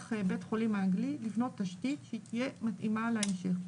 בית חולים האנגלי לבנות תשתית שהיא תהיה מתאימה להמשך.